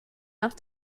nach